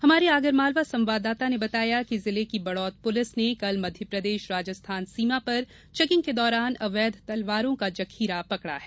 हमारे आगरमालवा संवाददाता ने बताया कि जिले की बड़ोद पुलिस ने कल मध्यप्रदेश राजस्थान सीमा पर चेकिंग के दौरान अवैध तलवारों का जखीरा पकड़ा है